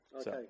Okay